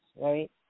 right